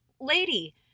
lady